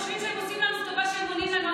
הם חושבים שהם עושים טובה שהם עונים לנו.